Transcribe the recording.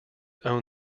own